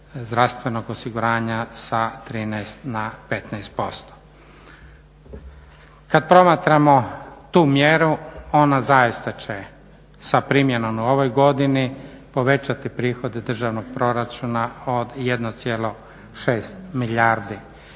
zdravstvenog osiguranja sa 13 na 15%. Kad promatramo tu mjeru, ona zaista će sa primjenom u ovoj godini povećati prihode državnog proračuna od 1,6 milijardi